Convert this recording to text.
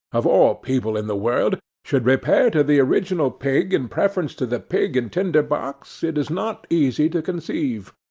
of all people in the world, should repair to the original pig in preference to the pig and tinder-box, it is not easy to conceive.